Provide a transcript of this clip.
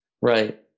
Right